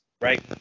Right